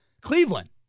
Cleveland